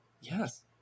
Yes